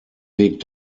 weg